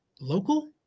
local